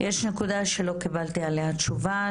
יש נקודה שלא קיבלתי עליה תשובה,